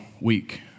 week